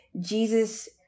Jesus